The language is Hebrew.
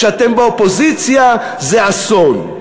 כשאתם באופוזיציה זה אסון,